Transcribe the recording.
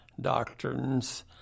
Doctrines